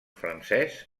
francès